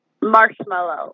Marshmallow